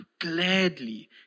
gladly